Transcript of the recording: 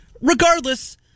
Regardless